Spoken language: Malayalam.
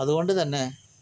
അത്കൊണ്ട് തന്നെ